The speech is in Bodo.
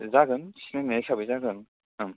जागोन सिनायनाय हिसाबै जागोन औ